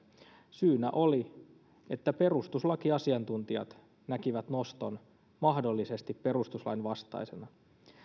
syynä oli että perustuslakiasiantuntijat näkivät noston mahdollisesti perustuslain vastaisena